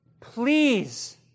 please